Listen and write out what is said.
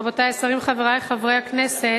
רבותי השרים, חברי חברי הכנסת,